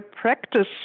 practice